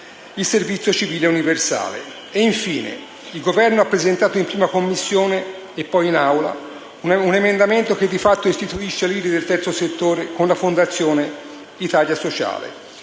il servizio civile universale. Infine, il Governo ha presentato in 1a Commissione e poi in Assemblea un emendamento che di fatto istituisce l'IRI del terzo settore con la Fondazione Italia sociale.